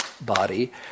body